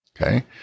okay